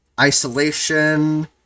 Isolation